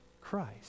Christ